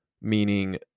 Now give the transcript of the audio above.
meaning